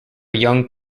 young